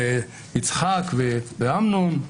יצחק ואמנון,